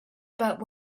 about